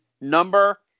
number